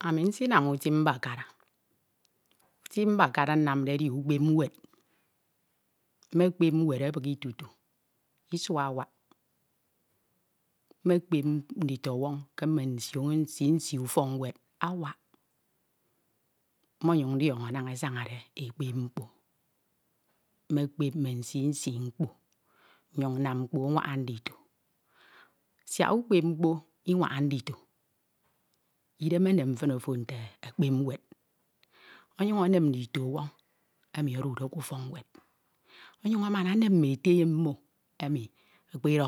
Ami namam utim mbakara utim mbakara mamde edi ukpep nwed mme mkpep nwed ibighi tutu isua awak mme mkpep nditọwọñ ke nsii nsii ufọk nwed awak mme onyan ndiọnọ naña esonade ekpep mkpo mmekpep mme nsiinsii mkpo nnyin nnam mkpo anqaña ndito siak ukpep mkpo inwaña wmi odude ke ufọk nwed onyan anana enem mme ete mmo emi ekpede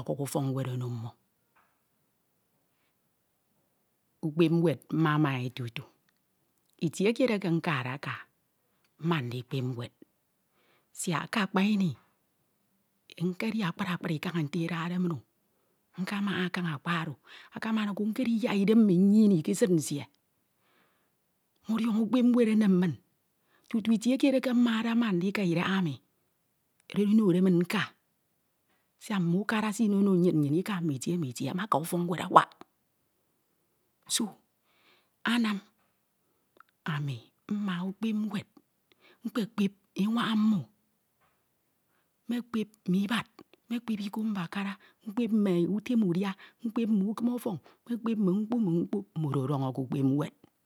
nwed mme mma e tutu itie kied eke ntade ka mma ndikpep nwed siak ke akpa ini nkpedi akpri akpri kaña edade mmo nkamaha kaña akpri oro akamama ko mkedi pok idem mi nyim ke esid nsie omodiọnọ ukpep nwed enem min tutu itie kied eke mmade mma ndika idaham ewode min nka siak mme ukara esi noro nyin ika mme itie mme itie mme aka ufok nwed awak so anam ami mma ukpep nwed mkpekpep enwaña mmo mmekpep mme ibad mkpep iko mbakara mkpep mme utem uria mkpep mme uki ọtọñ mme ekpep mme mkpo mme mkpo mmodo ọdiọñọ ke ukpep nwed